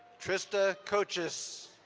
trista coaches.